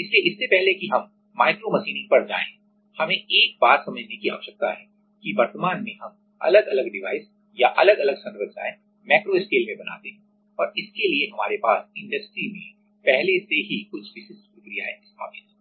इसलिए इससे पहले कि हम माइक्रो मशीनिंग micromachining पर जाएं हमें एक बात समझने की आवश्यकता है कि वर्तमान में हम अलग अलग डिवाइस या अलग अलग संरचनाएं मैक्रो स्केल में बनाते हैं और इसके लिए हमारे पास इंडस्ट्री industry में पहले से ही कुछ विशिष्ट प्रक्रियाएं स्थापित हैं